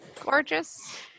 gorgeous